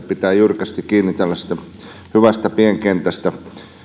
pitää jyrkästi kiinni tällaisesta hyvästä pienkentästä